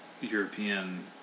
european